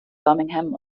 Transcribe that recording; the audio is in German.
birmingham